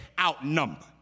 outnumbered